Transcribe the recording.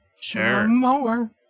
Sure